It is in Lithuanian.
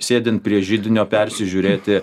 sėdint prie židinio persižiūrėti